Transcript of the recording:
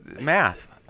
Math